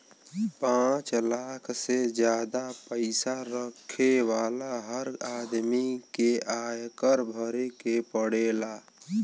पांच लाख से जादा पईसा रखे वाला हर आदमी के आयकर भरे के पड़ेला